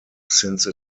since